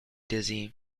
dizzy